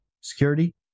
security